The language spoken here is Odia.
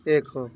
ଏକ